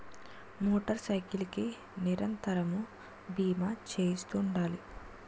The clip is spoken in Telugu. మోటార్ సైకిల్ కి నిరంతరము బీమా చేయిస్తుండాలి